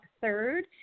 third